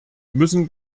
müssen